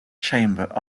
chamber